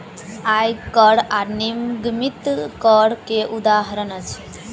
आय कर आ निगमित कर, कर के उदाहरण अछि